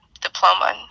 diploma